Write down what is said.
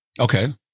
Okay